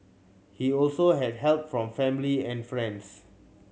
he also had help from family and friends